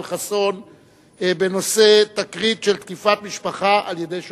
חסון בנושא: תקרית של תקיפת משפחה על-ידי שוטרים.